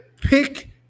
pick